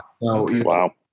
Wow